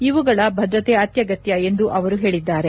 ಇವುಗಳ ಭದ್ರತೆ ಅತ್ಯಗತ್ಯ ಎಂದು ಅವರು ಹೇಳಿದ್ದಾರೆ